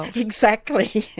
exactly,